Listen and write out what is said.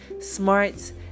smart